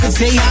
say